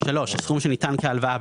הסוכם שניתן כהלוואה,